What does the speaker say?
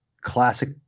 classic